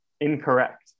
incorrect